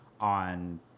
on